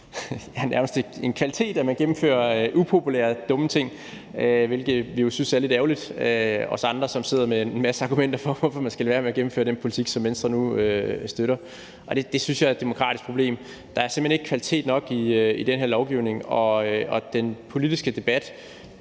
nærmest en kvalitet, at man gennemfører upopulære, dumme ting, hvilket vi andre, som sidder med en masse argumenter for, hvorfor man skal lade være med at gennemføre den politik, som Venstre nu støtter, jo synes er lidt ærgerligt. Det synes jeg er et demokratisk problem. Der er simpelt hen ikke kvalitet nok i den her lovgivning, og i den politiske debat